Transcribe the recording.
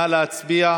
נא להצביע.